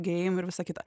geim ir visa kita